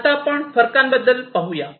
आता आपण फरकांबद्दल पाहूया